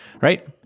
Right